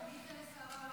פנית לשר החינוך?